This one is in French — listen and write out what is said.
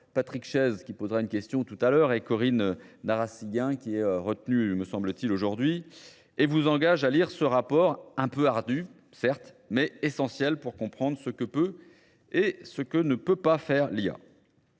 Patrick Chaise qui posera une question tout à l'heure et Corinne Narasiguin qui est retenue me semble-t-il aujourd'hui, et vous engage à lire ce rapport un peu ardu, certes, mais essentiel pour comprendre ce que peut et ce que ne peut pas faire l'IA.